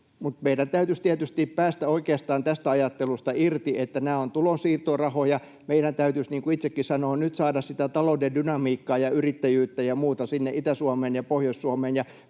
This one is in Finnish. meidän täytyisi tietysti päästä oikeastaan tästä ajattelusta irti, että nämä ovat tulonsiirtorahoja. Meidän täytyisi, niin kuin itsekin sanon, nyt saada sitä talouden dynamiikkaa ja yrittäjyyttä ja muuta sinne Itä-Suomeen ja Pohjois-Suomeen.